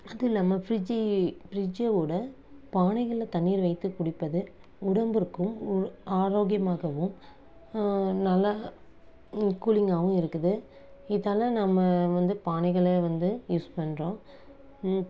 அது இல்லாமல் ஃப்ரிட்ஜ்ஜி ப்ரிட்ஜ்ஜி விட பானைகளில் தண்ணீர் வைத்து குடிப்பது உடம்பிற்கும் உழ் ஆரோக்கியமாகவும் நல்லா ம் கூலிங்காகவும் இருக்குது இதால் நம்ம வந்து பானைகளை வந்து யூஸ் பண்ணுறோம்